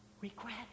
regret